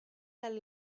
del